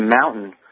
mountain